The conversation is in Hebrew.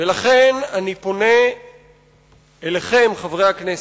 ולכן אני פונה אליכם, חברי הכנסת,